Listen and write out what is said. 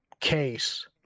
case